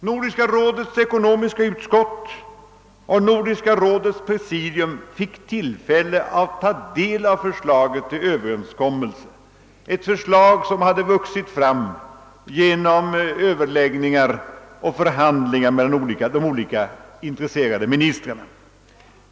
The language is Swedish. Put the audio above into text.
Nordiska rådets ekonomiska utskott och Nordiska rådets pre sidium fick tillfälle att ta del av förslaget till överenskommelse, ett förslag som hade vuxit fram genom Ööverläggningar och förhandlingar mellan de olika ministrarna.